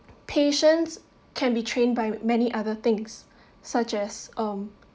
patients can be trained by many other things such as um